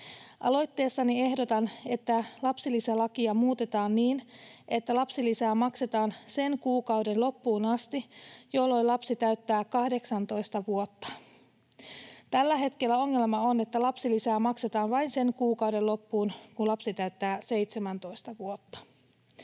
Aloitteessani ehdotan, että lapsilisälakia muutetaan niin, että lapsilisää maksetaan sen kuukauden loppuun asti, jolloin lapsi täyttää 18 vuotta. Tällä hetkellä ongelma on, että lapsilisää maksetaan vain sen kuukauden loppuun, kun lapsi täyttää 17 vuotta.